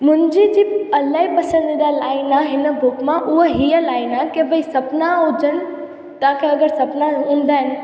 मुंहिंजी जी इलाही पसंदीदा लाइन आहे हिन बुक मां उहा हीअ लाइन आहे की भई सुपिना हुजनि तव्हांखे अगरि सुपिना हूंदा आहिनि